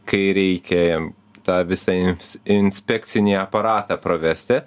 kai reikia tą visą ins inspekcinį aparatą pravesti